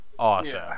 Awesome